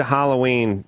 Halloween